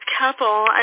couple